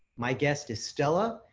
my guest is stella,